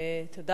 תודה רבה.